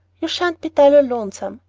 you sha'n't be dull or lonesome.